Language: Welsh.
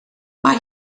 mae